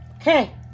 Okay